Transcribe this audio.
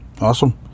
awesome